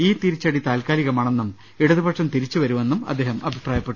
ഈ തിരിച്ചടി താൽക്കാലികമാണെന്നും ഇടതുപക്ഷം തിരി ച്ചുവരുമെന്നും അദ്ദേഹം അഭിപ്രായപ്പെട്ടു